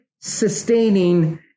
sustaining